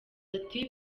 ati